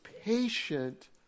patient